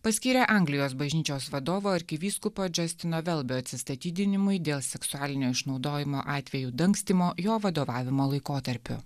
paskyrė anglijos bažnyčios vadovo arkivyskupo džastino velbio atsistatydinimui dėl seksualinio išnaudojimo atvejų dangstymo jo vadovavimo laikotarpiu